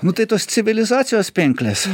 nu tai tos civilizacijos pinklės